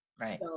Right